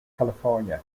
california